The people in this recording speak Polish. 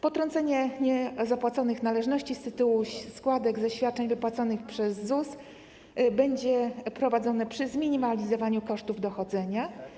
Potrącenie z opłaconych należności z tytułu składek ze świadczeń wypłaconych przez ZUS będzie prowadzone przez zminimalizowanie kosztów dochodzenia.